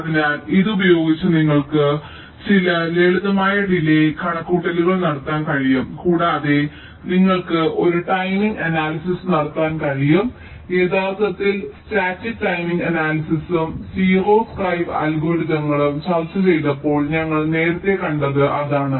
അതിനാൽ ഇത് ഉപയോഗിച്ച് നിങ്ങൾക്ക് ചില ലളിതമായ ഡിലേയ് കണക്കുകൂട്ടലുകൾ നടത്താൻ കഴിയും കൂടാതെ നിങ്ങൾക്ക് ഒരു ടൈമിംഗ് അനാലിസിസ് നടത്താൻ കഴിയും യഥാർത്ഥത്തിൽ ഞങ്ങൾ സ്റ്റാറ്റിക് ടൈമിംഗ് അനാലിസിസും 0 സ്കെവ് അൽഗോരിതങ്ങളും ചർച്ച ചെയ്തപ്പോൾ ഞങ്ങൾ നേരത്തെ കണ്ടത് അതാണ്